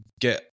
get